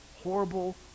horrible